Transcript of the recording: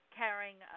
carrying